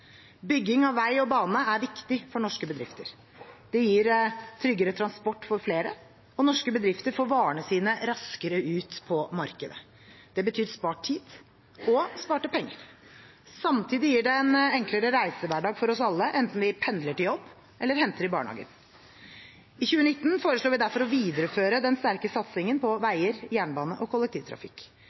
Bygging av vei og bane er viktig for norske bedrifter. Det gir tryggere transport for flere, og norske bedrifter får varene sine raskere ut på markedet. Det betyr spart tid og sparte penger. Samtidig gir det en enklere reisehverdag for oss alle, enten man pendler til jobb eller henter i barnehagen. I 2019 foreslår vi derfor å videreføre den sterke satsingen på veier, jernbane og kollektivtrafikk.